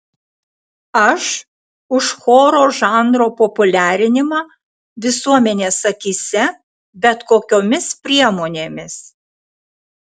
aš už choro žanro populiarinimą visuomenės akyse bet kokiomis priemonėmis